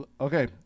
Okay